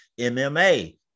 MMA